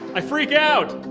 i freak out.